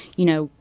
you know,